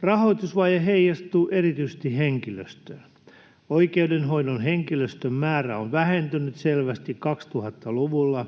Rahoitusvaje heijastuu erityisesti henkilöstöön. Oikeudenhoidon henkilöstön määrä on vähentynyt selvästi 2000-luvulla,